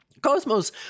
cosmos